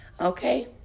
okay